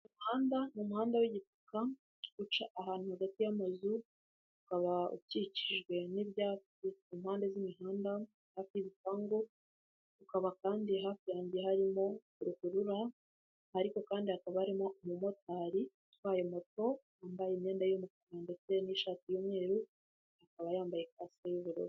Umuhanda ni umuhanda wi'igitaka uca ahantu hagati y'amazu ukaba ukikijwe n'ibyavuyezwe ku mpande z'imihanda hafi y'ibipangu, ukaba kandi hafi yanjye harimo uruhurura ariko kandi hakaba harimo umumotari utwaye moto wambaye imyenda yumukara ndetse n'ishati y'umweru akaba yambaye ikasike y'ubururu.